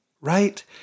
right